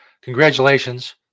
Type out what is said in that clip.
congratulations